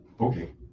Okay